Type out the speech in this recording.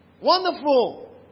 Wonderful